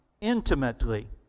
intimately